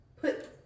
put